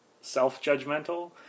self-judgmental